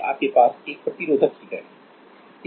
फिर आपके पास एक प्रतिरोधक हीटर है